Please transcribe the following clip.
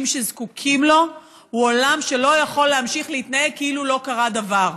שזקוקים להם הוא עולם שלא יכול להמשיך להתנהג כאילו לא קרה דבר.